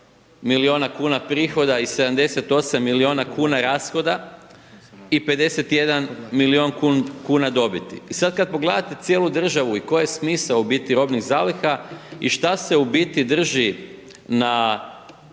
milijuna kuna prihoda i 78 milijuna kuna rashoda i 51 milijuna kuna dobiti. I sad kad pogledate cijelu državu i koji je smisao u biti robnih zaliha i šta se u biti drži na